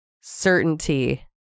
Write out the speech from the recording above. certainty